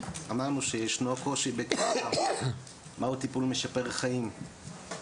אמרנו שישנו קושי לקבוע מה הוא טיפול משפר חיים.